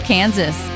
Kansas